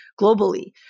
globally